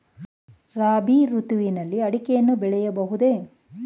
ರಾಬಿ ಋತುವಿನಲ್ಲಿ ಅಡಿಕೆಯನ್ನು ಬೆಳೆಯಬಹುದೇ?